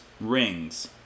rings